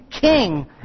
king